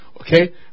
Okay